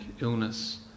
illness